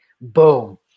Boom